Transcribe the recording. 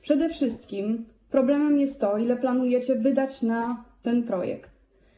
Przede wszystkim problemem jest to, ile planujecie wydać na ten projekt.